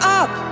up